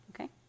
Okay